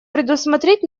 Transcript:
предусмотреть